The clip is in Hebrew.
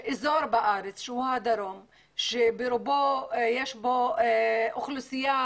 בדרום הארץ שברובו יש אוכלוסייה